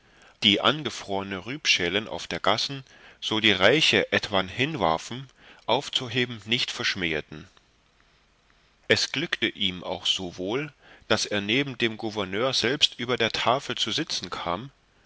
die angefrorne rübschälen auf der gassen so die reiche etwan hinwarfen aufzuheben nicht verschmäheten es glückte ihm auch so wohl daß er neben dem gouverneur selbst über der tafel zu sitzen kam